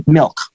milk